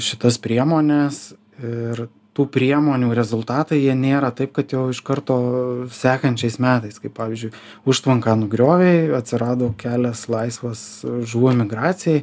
šitas priemones ir tų priemonių rezultatai jie nėra taip kad jau iš karto sekančiais metais kaip pavyzdžiui užtvanką nugriovei atsirado kelias laisvas žuvų emigracijai